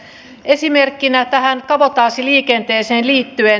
esimerkkinä tähän kabotaasiliikenteeseen liittyen